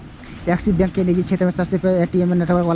Axis bank निजी क्षेत्रक सबसं पैघ ए.टी.एम नेटवर्क बला बैंक छियै